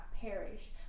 perish